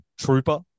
Trooper